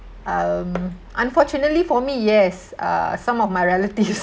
um unfortunately for me yes uh some of my relatives